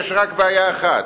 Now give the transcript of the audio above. יש בעיה אחת,